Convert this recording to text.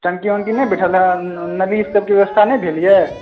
टंकी ओंकि नहि बैठल हँ नली सभकेँ व्यवस्था नहि भेल यऽ